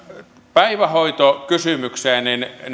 päivähoitokysymyksestä